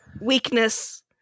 Weakness